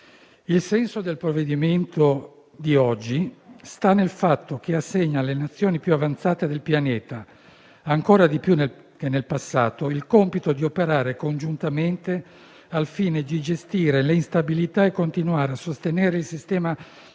Il senso del provvedimento di oggi sta nell'assegnare alle Nazioni più avanzate del pianeta, ancora di più che nel passato, il compito di operare congiuntamente, al fine di gestire le instabilità e continuare a sostenere il sistema